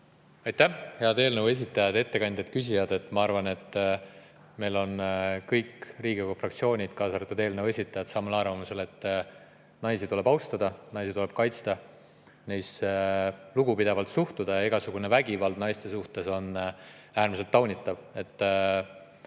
Aitäh! Head eelnõu esitajad, ettekandjad, küsijad! Ma arvan, et meil on kõik Riigikogu fraktsioonid, kaasa arvatud eelnõu esitajad, arvamusel, et naisi tuleb austada, naisi tuleb kaitsta, neisse tuleb lugupidavalt suhtuda ja igasugune vägivald naiste suhtes on äärmiselt taunitav.